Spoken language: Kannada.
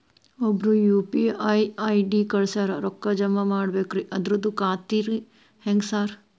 ಒಬ್ರು ಯು.ಪಿ.ಐ ಐ.ಡಿ ಕಳ್ಸ್ಯಾರ ರೊಕ್ಕಾ ಜಮಾ ಮಾಡ್ಬೇಕ್ರಿ ಅದ್ರದು ಖಾತ್ರಿ ಹೆಂಗ್ರಿ ಸಾರ್?